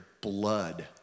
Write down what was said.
blood